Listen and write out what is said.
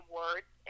words